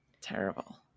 terrible